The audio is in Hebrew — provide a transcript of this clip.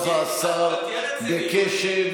שמע אותך השר בקשב,